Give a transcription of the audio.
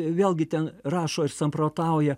vėlgi ten rašo ir samprotauja